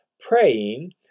praying